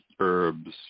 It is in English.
herbs